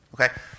Okay